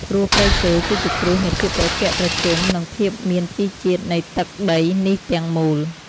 ព្រោះព្រៃឈើគឺជាគ្រឹះនៃភាពត្រជាក់ត្រជុំ និងភាពមានជីជាតិនៃទឹកដីនេះទាំងមូល។